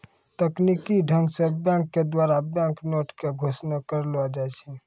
तकनीकी ढंग से बैंक के द्वारा बैंक नोट के घोषणा करलो जाय छै